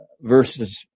verses